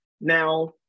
Now